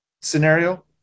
scenario